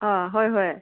ꯑꯥ ꯍꯣꯏ ꯍꯣꯏ